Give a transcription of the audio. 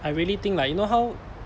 I really think like you know how